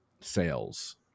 sales